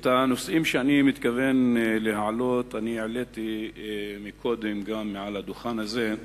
את הנושאים שאני מתכוון להעלות העליתי קודם מעל הדוכן הזה,